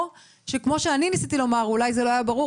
או שכמו שאני ניסיתי לומר, אולי זה לא היה ברור.